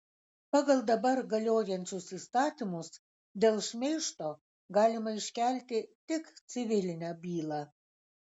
pagal dabar galiojančius įstatymus dėl šmeižto galima iškelti tik civilinę bylą